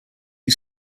you